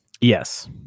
Yes